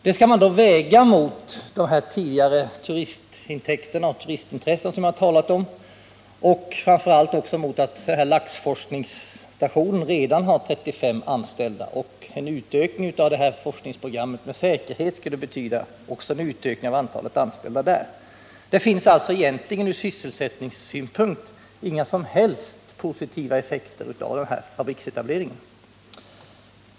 Detta skall då vägas mot intäkterna från turismen, som jag tidigare nämnt, och framför allt mot att laxforskningsstationen redan har 35 anställda och att en utökning av forskningsprogrammet med säkerhet skulle betyda utökning också av antalet anställda där. Det finns alltså ur sysselsättningssynpunkt inga som helst positiva effekter av den tilltänkta fabriksetableringen.